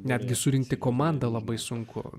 netgi surinkti komandą labai sunku